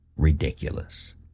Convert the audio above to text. ridiculous